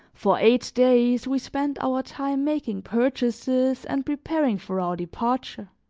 for eight days we spent our time making purchases and preparing for our departure